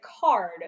card